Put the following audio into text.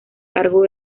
cargo